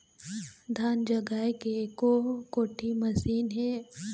धान जगाए के एको कोठी मशीन हे?